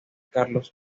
carlos